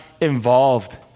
involved